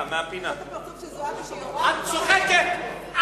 את צוחקת.